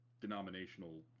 denominational